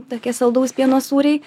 tokie saldaus pieno sūriai